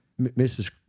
Mrs